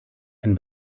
ein